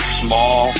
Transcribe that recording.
small